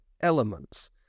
elements